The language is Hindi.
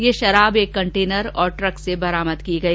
ये शराब एक कंटेनर और एक ट्रक से बरामद की गई